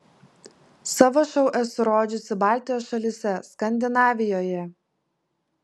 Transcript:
savo šou esu rodžiusi baltijos šalyse skandinavijoje